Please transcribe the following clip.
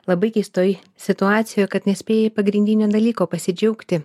labai keistoj situacijoj kad nespėjai pagrindinio dalyko pasidžiaugti